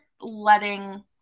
letting